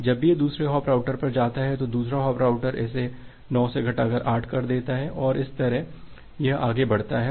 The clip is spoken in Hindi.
जब भी यह दूसरे हॉप राउटर पर जाता है तो दूसरा हॉप राउटर इसे 9 से घटाकर 8 कर देता है और इस तरह यह आगे बढ़ता है